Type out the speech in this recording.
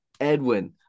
Edwin